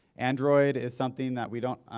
android is something that we don't-we